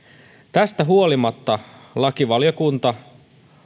tästä huolimatta lakivaliokunta